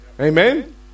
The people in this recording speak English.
Amen